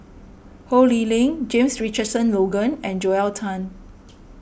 Ho Lee Ling James Richardson Logan and Joel Tan